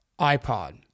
iPod